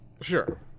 Sure